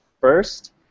first